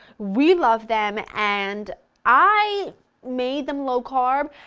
we love them, and i made them low carb,